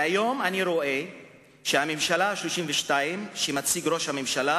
היום אני רואה שהממשלה ה-32 שראש הממשלה